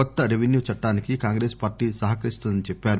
కొత్త రెవిన్యూ చట్టానికి కాంగ్రెస్ పార్టీ సహకరిస్తుందని చెప్పారు